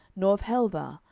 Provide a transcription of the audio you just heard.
nor of helbah,